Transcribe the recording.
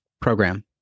program